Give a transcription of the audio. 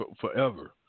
forever